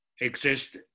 exist